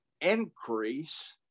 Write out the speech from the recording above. increase